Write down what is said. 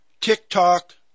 TikTok